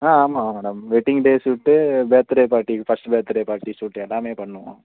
ஆ ஆமாம் madam wedding day shoot birthday party first birthday party shoot எல்லாமே பண்ணுவோம்